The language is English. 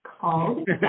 called